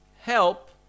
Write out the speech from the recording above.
help